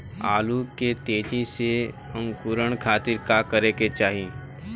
आलू के तेजी से अंकूरण खातीर का करे के चाही?